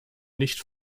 nicht